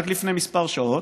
רק לפני כמה שעות,